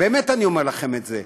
באמת אני אומר לכם את זה.